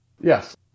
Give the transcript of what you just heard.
Yes